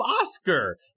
Oscar